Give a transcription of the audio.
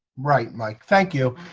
right, mike. thank you.